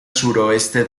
suroeste